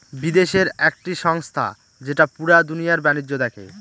বিদেশের একটি সংস্থা যেটা পুরা দুনিয়ার বাণিজ্য দেখে